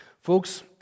Folks